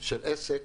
של עסק